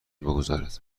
بگذارد